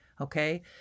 okay